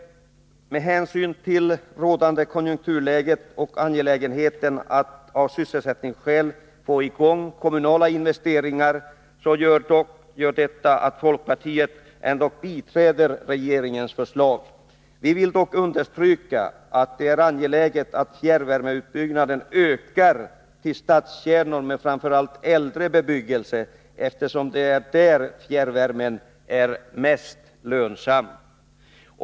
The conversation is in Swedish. ” Med hänsyn till rådande konjunkturläge och angelägenheten av att av sysselsättningsskäl få i gång kommunala investeringar biträder folkpartiet regeringens förslag. Vi vill dock understryka att det är angeläget att fjärrvärmeutbyggnaden ökar i stadskärnor med framför allt äldre bebyggelse, eftersom det är där fjärrvärmen är mest lönsam.